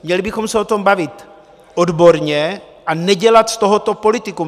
Měli bychom se o tom bavit odborně a nedělat z tohoto politikum.